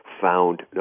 found